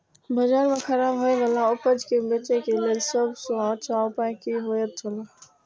बाजार में खराब होय वाला उपज के बेचे के लेल सब सॉ अच्छा उपाय की होयत छला?